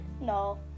no